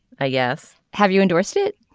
ah yes. have you endorsed it.